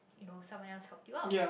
you know someone else helped you out